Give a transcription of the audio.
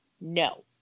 No